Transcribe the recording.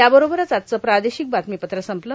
याबरोबरच आजचं प्रार्दोशक बातमीपत्र संपलं